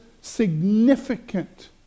significant